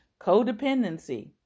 Codependency